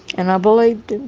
and i believed